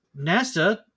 NASA